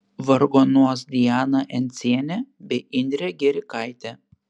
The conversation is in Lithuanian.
vargonuos diana encienė bei indrė gerikaitė